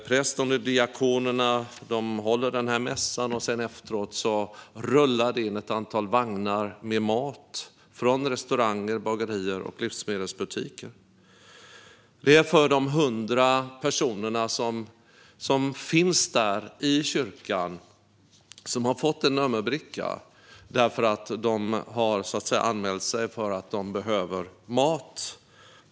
Prästen och diakonerna håller mässan, och sedan rullar det in ett antal vagnar med mat från restauranger, bagerier och livsmedelsbutiker till de 100 personer i kyrkan som har anmält sig och fått en nummerbricka eftersom de behöver mat.